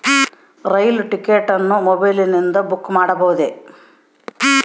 ರೈಲು ticket ಅನ್ನು ಮೊಬೈಲಿಂದ book ಮಾಡಬಹುದೆ?